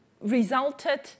resulted